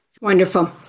Wonderful